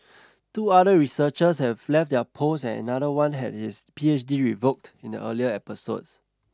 two other researchers have left their posts and another one had his P H D revoked in the earlier episode